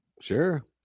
Sure